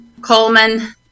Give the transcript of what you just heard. coleman